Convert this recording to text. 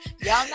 Y'all